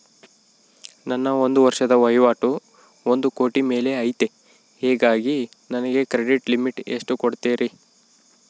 ನನ್ನ ಒಂದು ವರ್ಷದ ವಹಿವಾಟು ಒಂದು ಕೋಟಿ ಮೇಲೆ ಐತೆ ಹೇಗಾಗಿ ನನಗೆ ಕ್ರೆಡಿಟ್ ಲಿಮಿಟ್ ಎಷ್ಟು ಕೊಡ್ತೇರಿ?